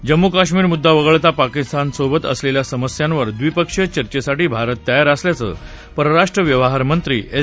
जम्मू काश्मीर मुद्दा वगळता पाकिस्तानसोबत असल्लिखा समस्यांवर द्विपक्षीय चर्चेसाठी भारत तयार असल्याचं परराष्ट्र व्यवहारमंत्री एस